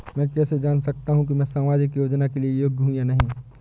मैं कैसे जान सकता हूँ कि मैं सामाजिक योजना के लिए योग्य हूँ या नहीं?